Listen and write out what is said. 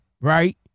Right